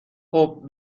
خوب